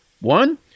One